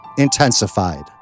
intensified